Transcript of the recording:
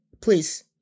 Please